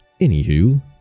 Anywho